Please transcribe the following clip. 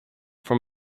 from